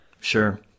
Sure